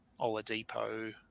Oladipo